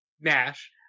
Nash